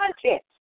content